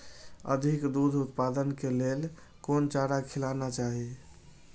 अधिक दूध उत्पादन के लेल कोन चारा खिलाना चाही?